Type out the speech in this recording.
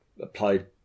applied